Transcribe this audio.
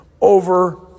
over